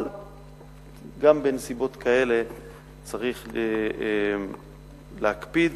אבל גם בנסיבות כאלה צריך להקפיד.